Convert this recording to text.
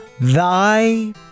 thy